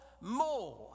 more